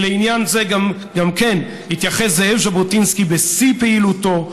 גם לעניין זה התייחס זאב ז'בוטינסקי בשיא פעילותו,